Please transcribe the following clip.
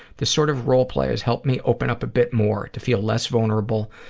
this sort of role play has helped me open up a bit more, to feel less vulnerable,